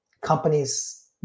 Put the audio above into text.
companies